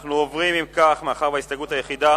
מאחר שההסתייגות היחידה